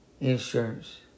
insurance